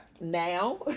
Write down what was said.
now